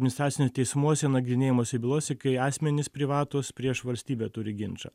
administraciniuose teismuose nagrinėjamose bylose kai asmenys privatūs prieš valstybę turi ginčą